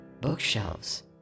bookshelves